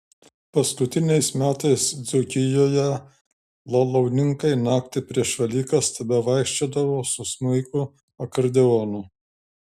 paskutiniais metais dzūkijoje lalauninkai naktį prieš velykas tebevaikščiodavo su smuiku akordeonu